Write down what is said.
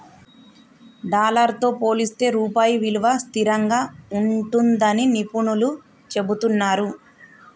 dollar తో పోలిస్తే రూపాయి విలువ స్థిరంగా ఉంటుందని నిపుణులు చెబుతున్నరు